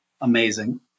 amazing